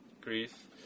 grief